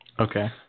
Okay